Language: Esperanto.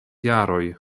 jaroj